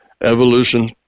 Evolution